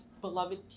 beloved